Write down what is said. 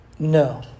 No